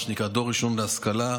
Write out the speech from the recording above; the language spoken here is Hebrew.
מה שנקרא "דור ראשון" להשכלה,